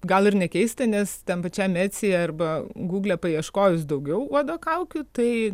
gal ir nekeista nes tam pačiam etsyje arba gūgle paieškojus daugiau uodo kaukių tai